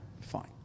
Fine